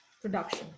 production